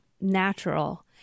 natural